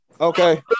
Okay